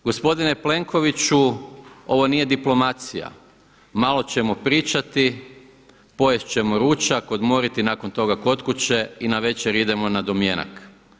Gospodine Plenkoviću, ovo nije diplomacija, malo ćemo pričati, pojest ćemo ručak, odmoriti nakon toga kod kuće i navečer idemo na domjenak.